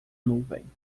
nuvem